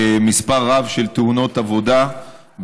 מספר רב של תאונות עבודה,